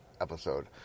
episode